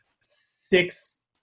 six